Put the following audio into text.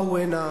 והם באו הנה